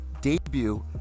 debut